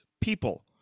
people